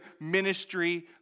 ministry